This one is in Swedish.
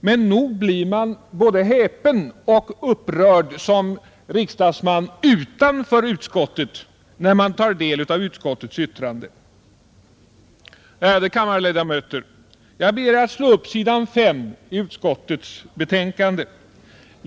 Men nog blir man både häpen och upprörd som riksdagsman utanför utskottet när man tar del av utskottets yttrande. Ärade kammarledamöter! Jag ber er att slå upp s. 5 i utskottets betänkande.